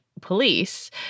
police